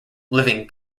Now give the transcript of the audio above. living